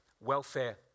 welfare